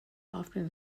often